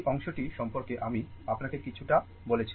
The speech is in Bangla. এই অংশটি সম্পর্কে আমি আপনাকে কিছুটা বলেছিলাম